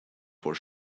for